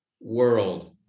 world